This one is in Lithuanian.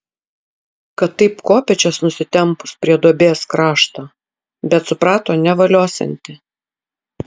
kad taip kopėčias nusitempus prie duobės krašto bet suprato nevaliosianti